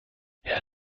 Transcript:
herr